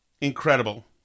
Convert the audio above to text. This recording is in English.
incredible